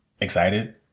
excited